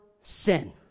sin